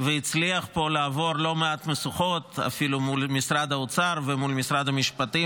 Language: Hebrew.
והצליח פה לעבור לא מעט משוכות אפילו מול משרד האוצר ומול משרד המשפטים.